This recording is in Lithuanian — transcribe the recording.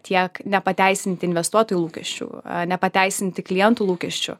tiek nepateisint investuotojų lūkesčių nepateisinti klientų lūkesčių